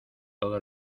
todo